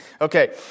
Okay